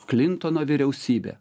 klintono vyriausybė